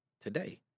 today